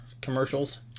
commercials